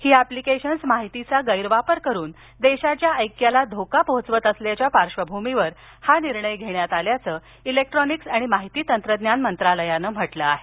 ही applications माहितीचा गैरवापर करुन देशाच्या ऐक्याला धोका पोहोचवत असल्याच्या पार्श्वभूमीवर हा निर्णय घेण्यात आल्याचं इलेक्ट्रॉनिक्स आणि माहिती तंत्रज्ञान मंत्रालयानं म्हटलं आहे